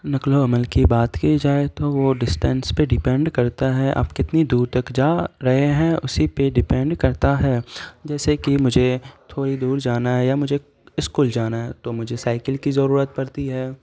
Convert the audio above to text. نقل و حمل کی بات کی جائے تو وہ ڈسٹینس پہ ڈپینڈ کرتا ہے آپ کتنی دور تک جا رہے ہیں اسی پہ ڈپینڈ کرتا ہے جیسے کہ مجھے تھوری دور جانا ہے یا مجھے اسکول جانا ہے تو مجھے سائیکل کی ضرورت پڑتی ہے